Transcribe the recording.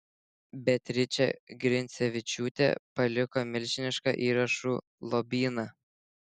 beatričė grincevičiūtė paliko milžinišką įrašų lobyną